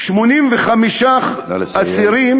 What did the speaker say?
85 אסירים